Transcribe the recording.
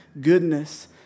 goodness